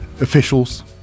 officials